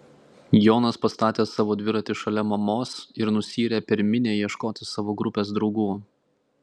jonas pastatė savo dviratį šalia mamos ir nusiyrė per minią ieškoti savo grupės draugų